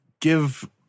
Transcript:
give